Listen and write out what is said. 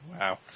Wow